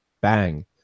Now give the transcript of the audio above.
bang